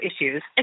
issues